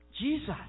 Jesus